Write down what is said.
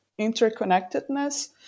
interconnectedness